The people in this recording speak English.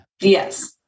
Yes